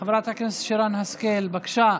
חבר הכנסת בוסו, בבקשה.